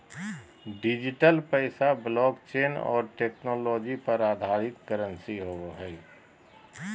digital पैसा blockchain और technology पर आधारित करंसी होवो हइ